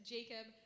Jacob